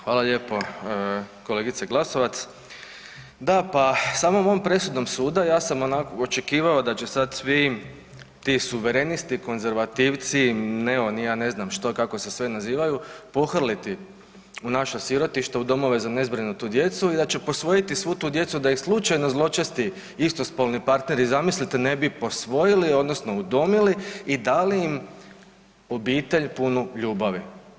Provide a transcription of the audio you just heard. Hvala lijepo kolegice Glasovac, da pa samom ovom presudom suda ja sam onako očekivao da će sad svi ti suverenisti, konzervativci, neo ni ja ne znam što kako se sve nazivaju pohrliti u naša sirotišta u domove za nezbrinutu djecu i da će posvojiti svu tu djecu da ih slučajno zločesti istospolni partneri zamislite ne bi posvojili odnosno udomili i dali im obitelj punu ljubavi.